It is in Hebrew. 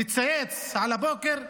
מצייץ על הבוקר: